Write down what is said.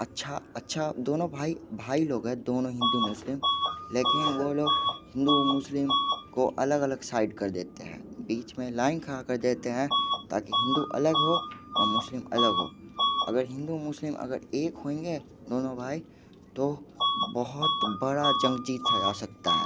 अच्छा अच्छा दोनों भाई भाई लोग हैं दोनों हिंदू मुस्लिम लेकिन वह लोग हिंदू और मुस्लिम को अलग अलग साइड कर देते हैं बीच में लाइन खड़ी कर देते हैं ताकि हिंदू अलग हों और मुस्लिम अलग हों अगर हिंदू मुस्लिम अगर एक होएँगे दोनों भाई तो बहुत बड़ी जंग जीती है जा सकती है